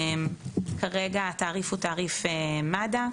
כרגע התעריף הוא תעריף מד"א,